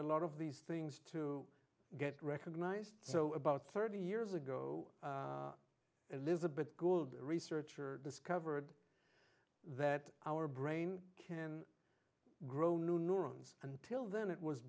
a lot of these things to get recognized so about thirty years ago elizabeth gould a researcher discovered that our brain can grow new neurons until then it was